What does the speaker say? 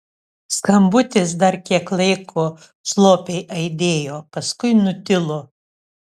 skambutis dar kiek laiko slopiai aidėjo paskui nutilo